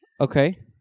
okay